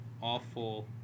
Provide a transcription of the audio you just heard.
awful